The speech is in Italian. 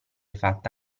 fatta